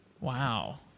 Wow